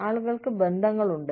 ആളുകൾക്ക് ബന്ധങ്ങളുണ്ട്